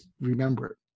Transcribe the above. remember